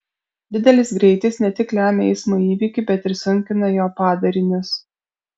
didelis greitis ne tik lemia eismo įvykį bet ir sunkina jo padarinius